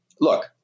look